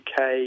UK